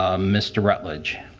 ah mister rutledge.